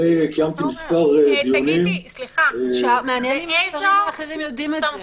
קיימתי מספר דיונים --- מעניין אם השרים האחרים יודעים את זה?